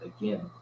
again